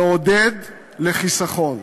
לעודד חיסכון.